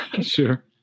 sure